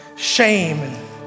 Shame